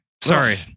Sorry